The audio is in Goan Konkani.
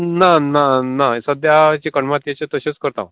ना ना ना सद्या चिकन मातीयेंच्यो तश्योच करतां हांव